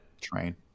Train